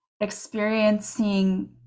experiencing